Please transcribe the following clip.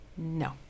No